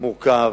מורכב,